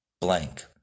blank